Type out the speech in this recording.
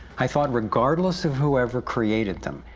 i thought regardless of whoever created them,